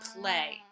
play